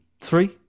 Three